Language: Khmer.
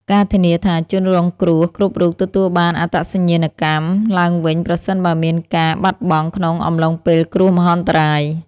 ការធានាថាជនរងគ្រោះគ្រប់រូបទទួលបានឯកសារអត្តសញ្ញាណកម្មឡើងវិញប្រសិនបើមានការបាត់បង់ក្នុងអំឡុងពេលគ្រោះមហន្តរាយ។